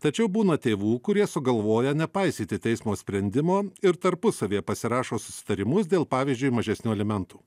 tačiau būna tėvų kurie sugalvoja nepaisyti teismo sprendimo ir tarpusavyje pasirašo susitarimus dėl pavyzdžiui mažesnių alimentų